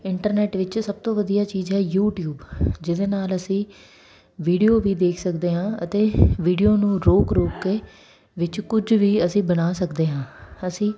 internet ਵਿੱਚ ਸਭ ਤੋਂ ਵਧੀਆ ਚੀਜ਼ ਹੈ ਯੂਟੀਊਬ ਜਿਹਦੇ ਨਾਲ ਅਸੀਂ ਵੀਡੀਓ ਵੀ ਦੇਖ ਸਕਦੇ ਹਾਂ ਅਤੇ ਵੀਡੀਓ ਨੂੰ ਰੋਕ ਰੋਕ ਕੇ ਵਿੱਚ ਕੁਝ ਵੀ ਅਸੀਂ ਬਣਾ ਸਕਦੇ ਹਾਂ ਅਸੀਂ